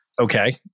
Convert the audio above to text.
okay